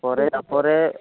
ପରେ ତା'ପରେ